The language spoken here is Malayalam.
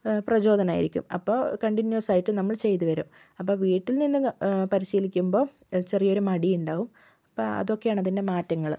പ്രചോദനമായിരിക്കും അപ്പോൾ കണ്ടിന്യൂസ് ആയിട്ട് നമ്മൾ ചെയ്ത് വരും അപ്പോൾ വീട്ടിൽ നിന്ന് പരിശീലിക്കുമ്പോൾ ചെറിയൊരു മടി ഉണ്ടാകും അപ്പോൾ അതൊക്കെയാണ് അതിന്റെ മാറ്റങ്ങൾ